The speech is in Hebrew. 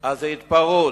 זאת התפרעות,